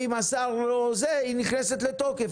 ואם השר לא מתייחס היא נכנסת לתוקף,